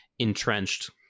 entrenched